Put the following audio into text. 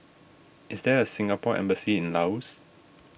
is there a Singapore Embassy in Laos